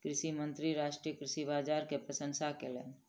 कृषि मंत्री राष्ट्रीय कृषि बाजार के प्रशंसा कयलैन